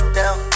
down